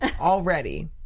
already